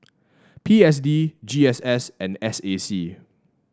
P S D G S S and S A C